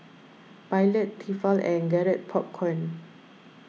Pilot Tefal and Garrett Popcorn